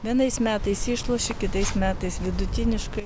vienais metais išloši kitais metais vidutiniškai